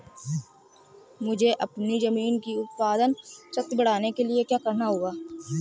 मुझे अपनी ज़मीन की उत्पादन शक्ति बढ़ाने के लिए क्या करना होगा?